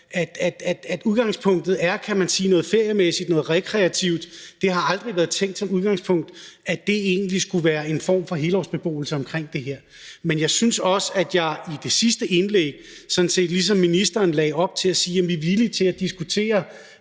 at udgangspunktet stadig væk er noget feriemæssigt, noget rekreativt. Som udgangspunkt har det aldrig været tænkt sådan, at det her egentlig skulle være en form for helårsbeboelse. Men jeg synes også, at jeg i det sidste indlæg sådan set ligesom ministeren lagde op til, at vi er villige til at diskutere